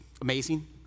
amazing